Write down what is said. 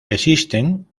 existen